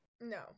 No